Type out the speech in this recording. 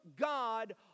God